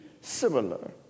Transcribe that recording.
similar